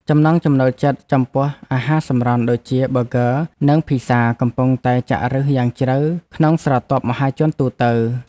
ចំណង់ចំណូលចិត្តចំពោះអាហារសម្រន់ដូចជាប៊ឺហ្គឺ និងភីហ្សាកំពុងតែចាក់ឫសយ៉ាងជ្រៅក្នុងស្រទាប់មហាជនទូទៅ។